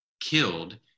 killed